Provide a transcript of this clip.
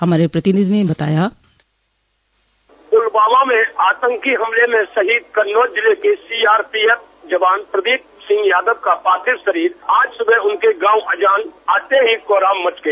हमारे प्रतिनिधि ने बताया पुलवामा में आतंकी हमले में शहीद कन्नौज जिले के सीआरपीएफ जवान प्रदीप सिंह यादव का पार्थिव शरीर आज सुबह उनके गांव अजान आते ही कोहराम मच गया